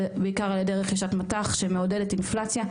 בעיקר על ידי רכישת מט"ח שמעודדת אינפלציה,